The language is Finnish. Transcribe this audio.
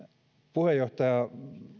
puheenjohtaja